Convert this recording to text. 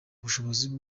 ubushobozi